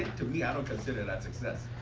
to me, i don't consider that success.